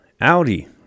Audi